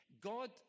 God